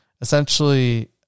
essentially